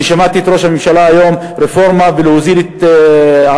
אני שמעתי את ראש הממשלה היום מדבר על רפורמה ועל הוזלת הרכבים,